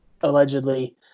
allegedly